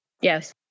Yes